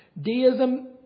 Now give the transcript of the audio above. Deism